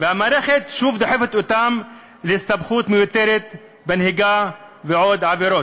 והמערכת שוב דוחפת אותם להסתבכות מיותרת בנהיגה ובעוד עבירות.